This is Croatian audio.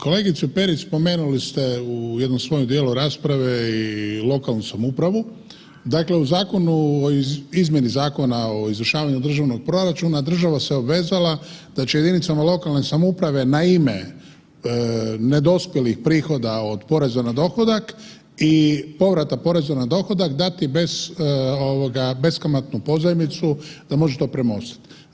Kolegice Perić, spomenuli ste u jednom svom dijelu rasprave i lokalnu samoupravu, dakle u Zakonu o izmjeni Zakona o izvršavanju državnog proračuna, država se obvezala da će jedinicama lokalne samouprave na ime nedospjelih prihoda od poreza na dohodak i povrata poreza na dohodak dati beskamatnu pozajmicu da može to premostiti.